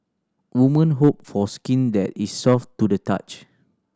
women hope for skin that is soft to the touch